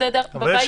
אבל יש